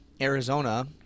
Arizona